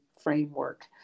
framework